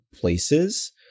places